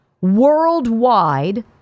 worldwide